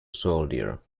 soldier